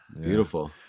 beautiful